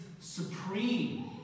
supreme